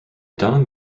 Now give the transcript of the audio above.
dunham